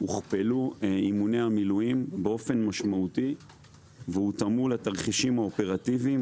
הוכפלו אימוני המילואים באופן משמעותי והותאמו לתרחישים האופרטיביים,